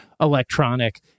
electronic